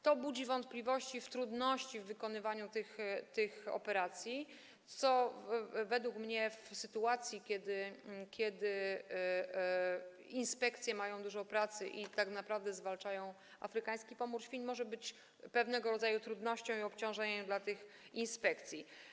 To budzi wątpliwości i stwarza trudności związane z wykonywaniem tych operacji, co według mnie w sytuacji, kiedy inspekcje mają dużo pracy i tak naprawdę zwalczają afrykański pomór świń, może być pewnego rodzaju trudnością i obciążeniem dla tych inspekcji.